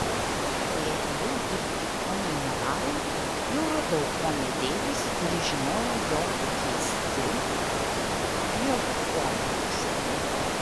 kai atėjau dirbti ponui navarui jau radau ponią deivis kuri žinojo jo keisti jo pomėgius